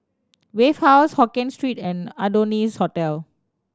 Wave House Hokien Street and Adonis Hotel